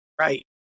right